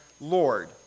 Lord